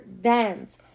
dance